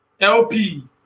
LP